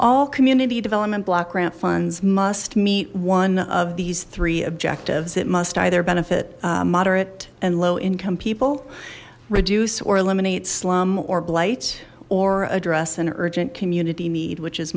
all community development block grant funds must meet one of these three objectives it must either benefit moderate and low income people reduce or eliminate slum or blight or address an urgent community which is